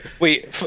wait